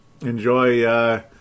Enjoy